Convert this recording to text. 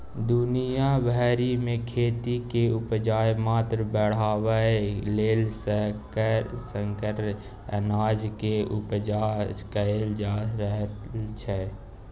दुनिया भरि मे खेती केर उपजाक मात्रा बढ़ाबय लेल संकर अनाज केर उपजा कएल जा रहल छै